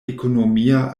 ekonomia